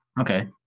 Okay